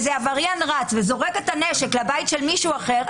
איזה עבריין רץ וזורק את הנשק לבית של מישהו אחר,